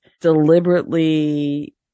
deliberately